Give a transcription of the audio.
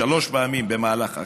שלוש פעמים במהלך החיים.